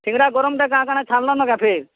ସିଙ୍ଗ୍ଡ଼ା ଗରମ୍ଟା କାଁ କାଣା ଛାନ୍ଲନ କେଁ ଫେର୍